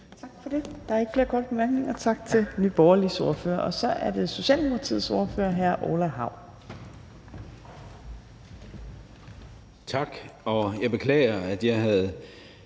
Tak for det. Der er ikke flere korte bemærkninger. Tak til Nye Borgerliges ordfører. Og så er det Socialdemokratiets ordfører, hr. Orla Hav. Kl. 15:13 (Ordfører) Orla Hav